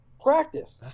practice